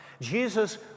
Jesus